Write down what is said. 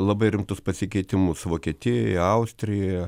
labai rimtus pasikeitimus vokietijoje austrijoje